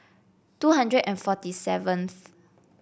two hundred and forty seventh